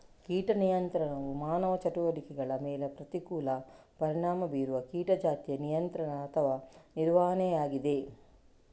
ಕೀಟ ನಿಯಂತ್ರಣವು ಮಾನವ ಚಟುವಟಿಕೆಗಳ ಮೇಲೆ ಪ್ರತಿಕೂಲ ಪರಿಣಾಮ ಬೀರುವ ಕೀಟ ಜಾತಿಯ ನಿಯಂತ್ರಣ ಅಥವಾ ನಿರ್ವಹಣೆಯಾಗಿದೆ